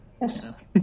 Yes